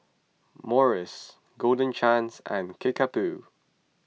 Morries Golden Chance and Kickapoo